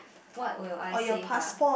what will I save ah